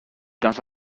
dans